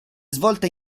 svolta